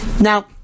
Now